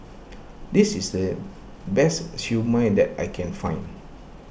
this is the best Siew Mai that I can find